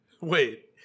Wait